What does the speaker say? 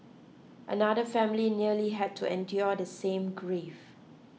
another family nearly had to endure the same grief